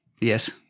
yes